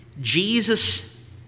Jesus